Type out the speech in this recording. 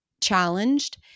challenged